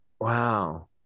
Wow